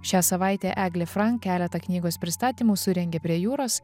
šią savaitę eglė frank keletą knygos pristatymų surengė prie jūros